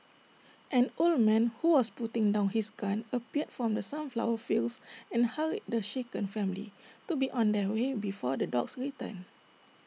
an old man who was putting down his gun appeared from the sunflower fields and hurried the shaken family to be on their way before the dogs return